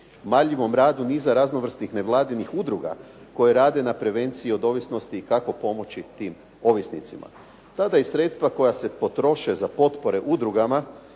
marljivom radu niza raznovrsnih nevladinih udruga koje rade na prevenciji od ovisnosti i kako pomoći tim ovisnicima. Tada i sredstva koja se potroše za potpore udrugama,